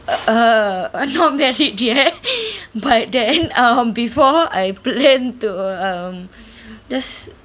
uh err uh not not married yet but then um before I plan to um just